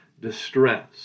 distress